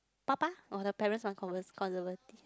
爸爸 or the parents are cons~ conservative